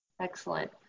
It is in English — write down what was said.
Excellent